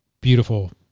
beautiful